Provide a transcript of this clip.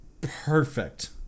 perfect